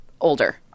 older